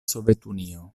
sovetunio